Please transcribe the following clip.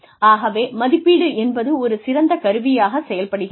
ஆகவே மதிப்பீடு என்பது ஒரு சிறந்த கருவியாக செயல்படுகிறது